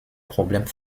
problèmes